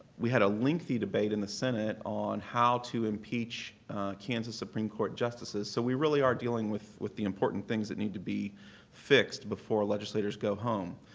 we had a lengthy debate in the senate on how to impeach kansas supreme court justices, so we really are dealing with with the important things that need to be fixed before our legislators go home.